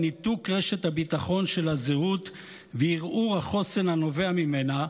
היא ניתוק רשת הביטחון של הזהות וערעור החוסן הנובע ממנה,